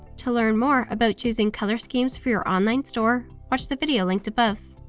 to learn more about choosing color schemes for your online store, watch the video linked above.